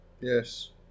Yes